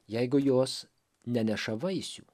jeigu jos neneša vaisių